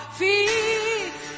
feet